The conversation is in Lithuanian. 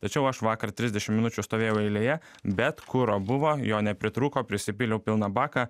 tačiau aš vakar trisdešim minučių stovėjau eilėje bet kuro buvo jo nepritrūko prisipyliau pilną baką